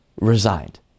resigned